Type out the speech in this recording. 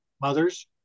mothers